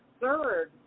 third